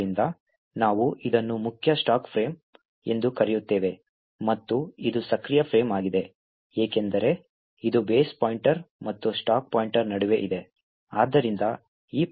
ಆದ್ದರಿಂದ ನಾವು ಇದನ್ನು ಮುಖ್ಯ ಸ್ಟಾಕ್ ಫ್ರೇಮ್ ಎಂದು ಕರೆಯುತ್ತೇವೆ ಮತ್ತು ಇದು ಸಕ್ರಿಯ ಫ್ರೇಮ್ ಆಗಿದೆ ಏಕೆಂದರೆ ಇದು ಬೇಸ್ ಪಾಯಿಂಟರ್ ಮತ್ತು ಸ್ಟಾಕ್ ಪಾಯಿಂಟರ್ ನಡುವೆ ಇದೆ ಆದ್ದರಿಂದ ಈ ಪ್ರದೇಶವು ಸಕ್ರಿಯ ಫ್ರೇಮ್ ಆಗಿದೆ